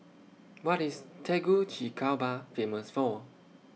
What IS Tegucigalpa Famous For